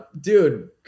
Dude